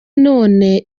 none